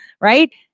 right